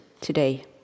today